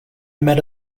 met